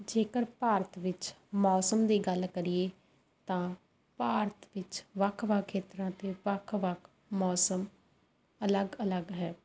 ਜੇਕਰ ਭਾਰਤ ਵਿੱਚ ਮੌਸਮ ਦੀ ਗੱਲ ਕਰੀਏ ਤਾਂ ਭਾਰਤ ਵਿੱਚ ਵੱਖ ਵੱਖ ਖੇਤਰਾਂ ਦੇ ਵੱਖ ਵੱਖ ਮੌਸਮ ਅਲੱਗ ਅਲੱਗ ਹੈ